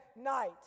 night